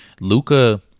Luca